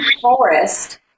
forest